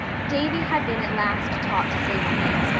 davy had been at last taught to say please,